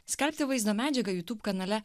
skelbti vaizdo medžiagą youtube kanale